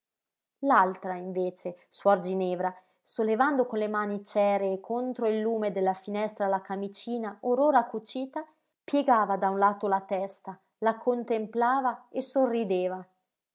l'altra invece suor ginevra sollevando con le mani ceree contro il lume della finestra la camicina or ora cucita piegava da un lato la testa la contemplava e sorrideva